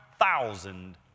thousand